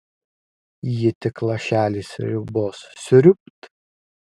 ji tik lašelį sriubos sriūbt